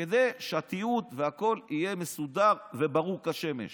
כדי שהתיעוד יהיה מסודר וברור כשמש.